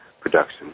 production